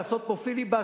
לעשות פה פיליבסטר,